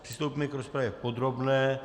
Přistoupíme k rozpravě podrobné.